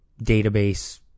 database